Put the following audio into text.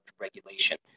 regulation